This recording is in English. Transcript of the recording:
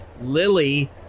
Lily